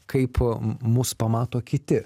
kaip mus pamato kiti